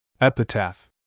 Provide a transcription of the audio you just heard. Epitaph